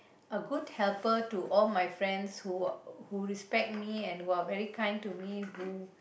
a good helper to all my friends who respect me and who are very kind to me who